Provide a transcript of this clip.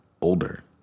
older